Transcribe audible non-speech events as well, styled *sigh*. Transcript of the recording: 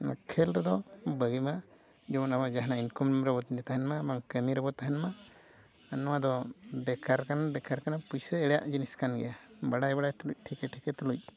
ᱠᱷᱮᱞ ᱨᱮᱫᱚ ᱵᱷᱟᱹᱜᱤ ᱢᱟ ᱡᱮᱢᱚᱱ ᱟᱵᱚ ᱡᱟᱦᱟᱱᱟᱜ ᱤᱱᱠᱟᱢ *unintelligible* ᱠᱟᱹᱢᱤ ᱨᱮᱫᱚ ᱛᱟᱦᱮᱱ ᱢᱟ ᱟᱨ ᱱᱚᱣᱟ ᱫᱚ ᱵᱮᱠᱟᱨ ᱠᱟᱱᱟ ᱵᱮᱠᱟᱨ ᱠᱟᱱᱟ ᱯᱩᱭᱥᱟᱹ ᱮᱲᱮᱭᱟᱜ ᱡᱤᱱᱤᱥ ᱠᱟᱱ ᱜᱮᱭᱟ ᱵᱟᱲᱟᱭ ᱵᱟᱲᱟᱭ ᱛᱩᱞᱩᱡ ᱴᱷᱤᱠᱟᱹ ᱴᱷᱤᱠᱟᱹ ᱛᱩᱞᱩᱡ